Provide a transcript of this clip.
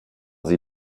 sie